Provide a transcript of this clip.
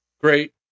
great